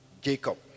Jacob